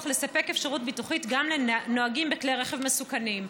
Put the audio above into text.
לספק אפשרות ביטוחית גם לנוהגים בכלי רכב מסוכנים.